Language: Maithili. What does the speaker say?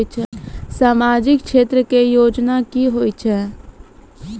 समाजिक क्षेत्र के योजना की होय छै?